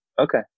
Okay